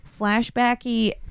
flashbacky